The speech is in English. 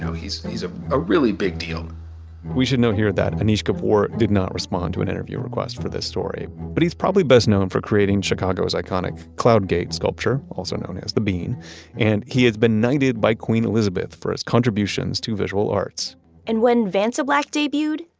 he's a ah ah really big deal we should note here that anish kapoor did not respond to an interview request for this story but he's probably best known for creating chicago's iconic cloud gate sculpture, also known as the bean and he has been knighted by queen elizabeth ii for his contributions to visual arts and when vantablack debuted,